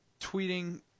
tweeting